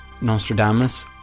nostradamus